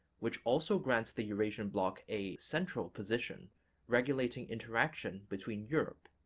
which also grants the eurasian bloc a central position regulating interaction between europe,